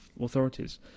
authorities